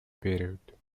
period